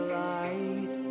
light